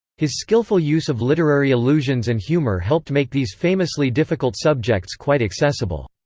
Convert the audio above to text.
his skillful use of literary allusions and humour helped make these famously difficult subjects quite accessible.